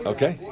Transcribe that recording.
Okay